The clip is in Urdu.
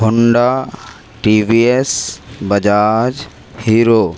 Honda T V S Bajaj hero